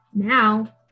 Now